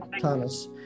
Thomas